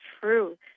true